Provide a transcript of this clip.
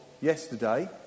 yesterday